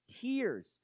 tears